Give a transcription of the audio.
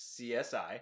CSI